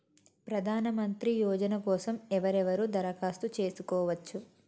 ప్రధానమంత్రి యోజన కోసం ఎవరెవరు దరఖాస్తు చేసుకోవచ్చు?